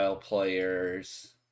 players